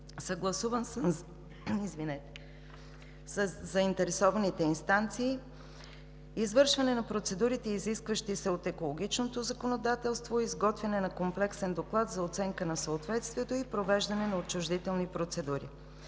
съгласуван със заинтересованите инстанции, извършване на процедурите, изискващи се от екологичното законодателство, изготвяне на комплексен доклад за оценка на съответствието и провеждане на отчуждителни процедури.